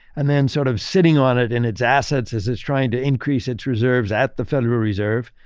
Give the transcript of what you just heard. and then, sort of sitting on it and its assets as it's trying to increase its reserves at the federal reserve.